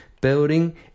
building